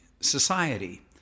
society